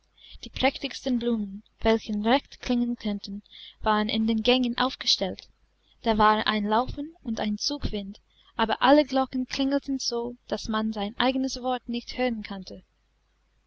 die prächtigsten blumen welche recht klingeln konnten waren in den gängen aufgestellt da war ein laufen und ein zugwind aber alle glocken klingelten so daß man sein eigenes wort nicht hören konnte